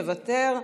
מוותר,